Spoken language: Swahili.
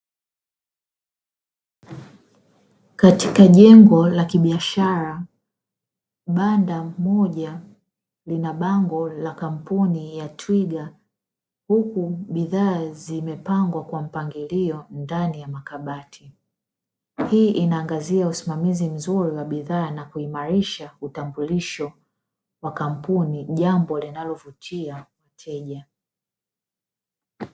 Katika jengo la kibiashara, banda moja lina bango la kampuni ya twiga huku bidhaa zimepangwa kwa mpangilio ndani ya makabati. Hii inaangazia usimamizi mzuri wa bidhaa na kuimarisha utambulisho wa kampuni jambo linalovutia wateja.